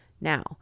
Now